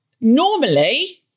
normally